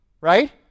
right